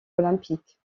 olympiques